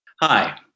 Hi